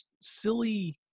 silly